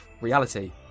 Reality